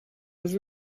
was